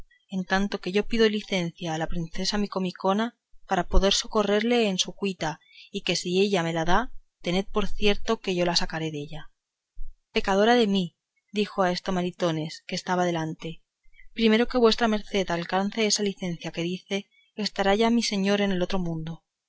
en tanto que yo pido licencia a la princesa micomicona para poder socorrerle en su cuita que si ella me la da tened por cierto que yo le sacaré della pecadora de mí dijo a esto maritornes que estaba delante primero que vuestra merced alcance esa licencia que dice estará ya mi señor en el otro mundo